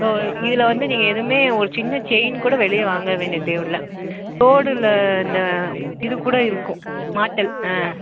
so இதில் வந்து நீங்கள் எதுவுமே ஒரு சின்ன செயின் கூட வெளியே வாங்க வேண்டிய தேவையில்ல தோடில் இந்த இது கூட இருக்கும் மாட்டல் ஆ